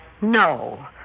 No